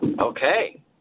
Okay